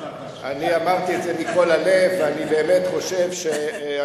אני אקח את זה מאוד ברצינות, מה שאתה אמרת עכשיו.